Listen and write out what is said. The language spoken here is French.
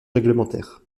réglementaires